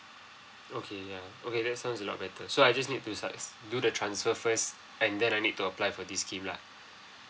okay ya okay that sounds a lot better so I just need to do the transfer first and then I need to apply for this scheme lah